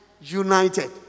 united